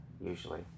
usually